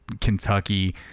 Kentucky